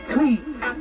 Tweets